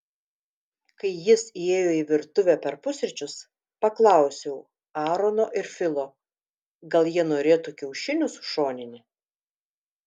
kai jis įėjo į virtuvę per pusryčius paklausiau aarono ir filo gal jie norėtų kiaušinių su šonine